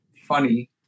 funny